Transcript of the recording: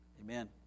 Amen